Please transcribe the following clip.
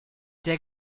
der